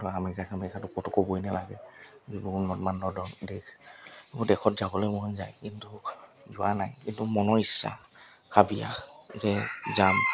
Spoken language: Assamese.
আমেৰিকা চামেৰিকাতো ক'তো ক'বই নেলাগে যিবোৰ উন্নত মানদণ্ডৰ দেশ সেইবোৰ দেশত যাবলৈ মন যায় কিন্তু যোৱা নাই কিন্তু মনৰ ইচ্ছা হাবিয়াস যে যাম